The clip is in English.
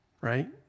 right